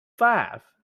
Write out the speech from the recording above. five